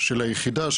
של היחידה,